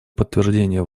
подтверждение